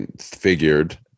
figured